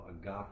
agape